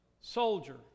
Soldier